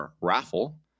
raffle